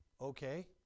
okay